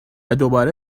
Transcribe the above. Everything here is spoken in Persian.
دوباره